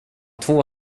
två